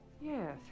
Yes